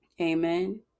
amen